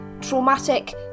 traumatic